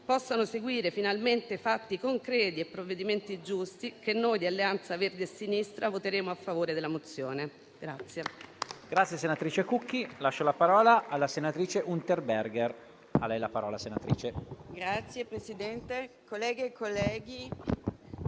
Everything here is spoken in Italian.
possano seguire finalmente fatti concreti e provvedimenti giusti che noi di Alleanza Verdi e Sinistra voteremo a favore della mozione.